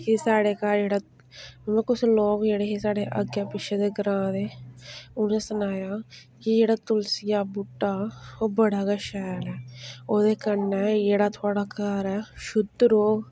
कि साढ़े घर जेह्ड़ा इ'यां कुछ लोक जेह्ड़े हे साढ़े अग्गें पिच्छे दे ग्रांऽ दे उनें सनाया कि जेह्ड़ा तुलसिया बूह्टा ओह् बड़ा गै शैल ऐ ओह्दे कन्नै जेह्ड़ा थोआढ़ा घर ऐ शुद्ध रौह्ग